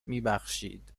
میبخشید